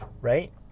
right